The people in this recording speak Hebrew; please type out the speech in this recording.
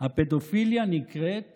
הפדופיליה נקראת